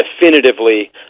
definitively